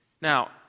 Now